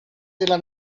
della